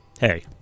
Hey